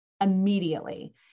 immediately